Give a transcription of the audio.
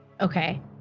Okay